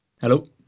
Hello